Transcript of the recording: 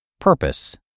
Purpose